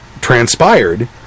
transpired